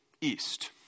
east